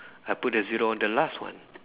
I put the zero on the last one